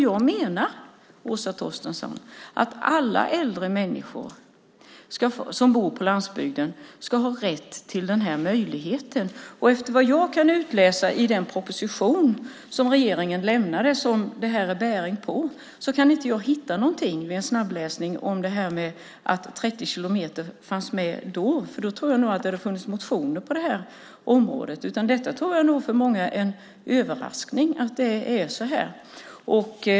Jag menar att alla äldre människor som bor på landsbygden ska ha rätt till denna möjlighet. Efter vad jag vid en snabbläsning har kunnat utläsa i den proposition som regeringen har lämnat och som har bäring på detta finns det inget förslag om detta med en gräns på 30 kilometer, för då tror jag att det skulle ha funnits motioner i den frågan. Det är nog en överraskning för många att det är så här.